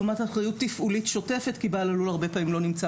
לעומת אחריות תפעולית שוטפת כי בעל הלול הרבה פעמים לא נמצא